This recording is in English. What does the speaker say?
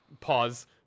Pause